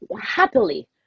happily